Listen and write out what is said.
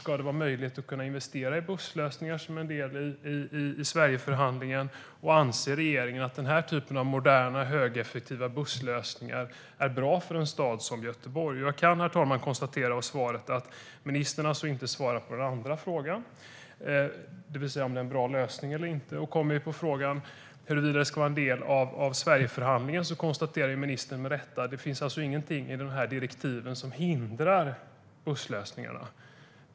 Ska det vara möjligt att investera i busslösningar som en del i Sverigeförhandlingen, och anser regeringen att den här typen av moderna och högeffektiva busslösningar är bra för en stad som Göteborg? Jag kan av svaret konstatera att ministern inte har svarat på den andra frågan, herr talman, det vill säga om det är en bra lösning eller inte. På frågan huruvida det ska vara en del av Sverigeförhandlingen konstaterar ministern med rätta att det inte finns någonting i direktiven som hindrar busslösningarna.